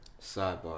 Sidebar